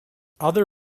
other